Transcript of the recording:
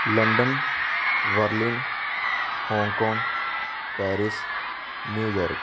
London Berlin Hong Kong Paris New York